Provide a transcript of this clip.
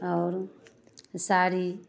आओर साड़ी